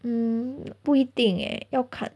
mm 不一定 leh 要看